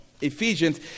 Ephesians